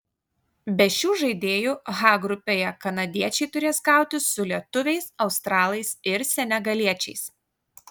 be šių žaidėjų h grupėje kanadiečiai turės kautis su lietuviais australais ir senegaliečiais